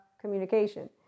communication